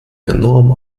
enorm